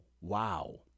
wow